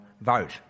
vote